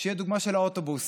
שהיא הדוגמה של האוטובוס.